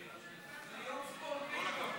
אדוני היושב-ראש, כל הכבוד.